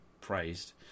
praised